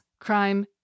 crime